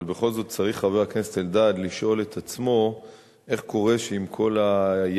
אבל בכל זאת צריך חבר הכנסת אלדד לשאול את עצמו איך קורה שעם כל הידע,